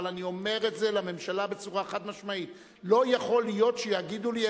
אבל אני אומר את זה לממשלה בצורה חד-משמעית: לא יכול להיות שיגידו לי,